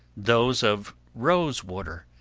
those of rose water,